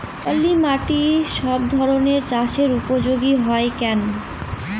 পলিমাটি সব ধরনের চাষের উপযোগী হয় কেন?